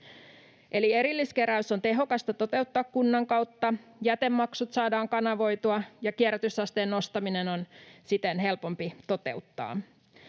Eli erilliskeräys on tehokasta toteuttaa kunnan kautta, jätemaksut saadaan kanavoitua, ja kierrätysasteen nostaminen on siten helpompi toteuttaa.